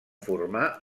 formar